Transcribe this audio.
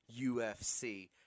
UFC